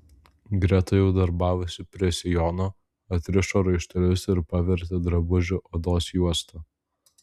greta jau darbavosi prie sijono atrišo raištelius ir pavertė drabužį odos juosta